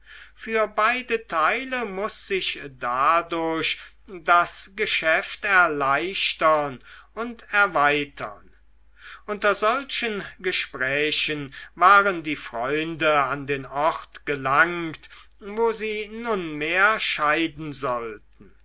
für beide teile muß sich dadurch das geschäft erleichtern und erweitern unter solchen gesprächen waren die freunde an den ort gelangt wo sie nunmehr scheiden sollten